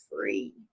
free